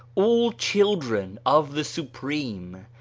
all children of the supreme,